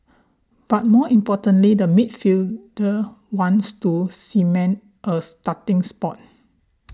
but more importantly the midfielder wants to cement a starting spot